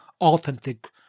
authentic